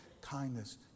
kindness